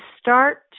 start